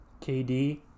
KD